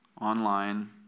online